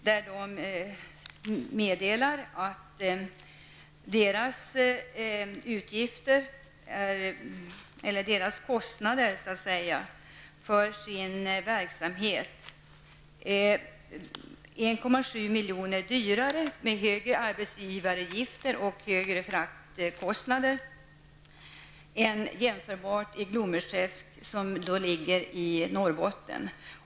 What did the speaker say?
De meddelar att kostnaderna för deras verksamhet är 1,7 miljoner större, med högre arbetsgivaravgifter och högre fraktkostnader, än jämförbar verksamhet i Glommersträsk, som ligger i Norrbotten.